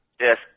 Yes